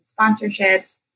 sponsorships